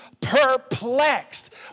perplexed